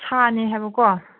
ꯁꯥꯅꯤ ꯍꯥꯏꯕꯀꯣ